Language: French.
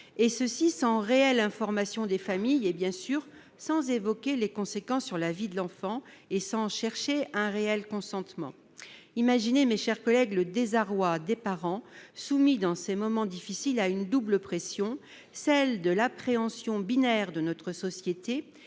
informer réellement les familles, sans évoquer, bien sûr les conséquences sur la vie de l'enfant et sans chercher de réel consentement. Imaginez, mes chers collègues, le désarroi des parents soumis, dans ce moment difficile, à une double pression : celle de l'appréhension binaire de notre société